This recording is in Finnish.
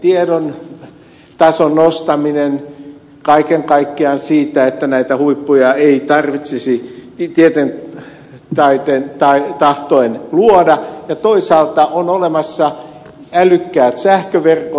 yleinen tiedon tason nostaminen kaiken kaikkiaan siitä että näitä huippuja ei tarvitsisi tieten tahtoen luoda ja toisaalta on olemassa älykkäät sähköverkot